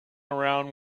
around